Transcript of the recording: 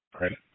right